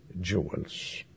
jewels